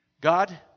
God